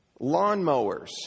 Lawnmowers